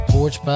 Porch